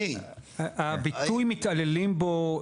הביטוי "מתעללים בו",